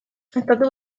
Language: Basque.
estatu